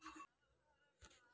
నెలకి వడ్డీ ఎంత?